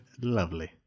Lovely